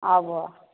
आबऽ